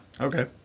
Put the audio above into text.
Okay